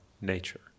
nature